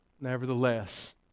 Nevertheless